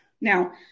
Now